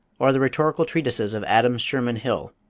or the rhetorical treatises of adams sherman hill,